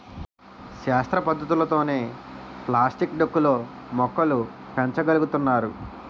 శాస్త్ర పద్ధతులతోనే ప్లాస్టిక్ డొక్కు లో మొక్కలు పెంచ గలుగుతున్నారు